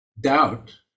doubt